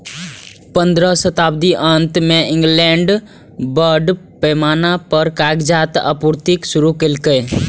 पंद्रहम शताब्दीक अंत मे इंग्लैंड बड़ पैमाना पर कागजक आपूर्ति शुरू केलकै